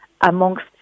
amongst